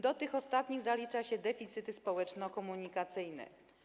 Do tych ostatnich zalicza się deficyty społeczno-komunikacyjne.